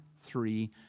three